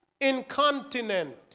Incontinent